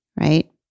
right